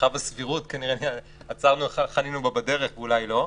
מרחב הסבירות, כנראה חנינו בו בדרך ואולי לא.